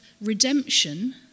redemption